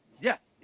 yes